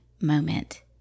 moment